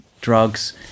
drugs